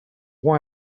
why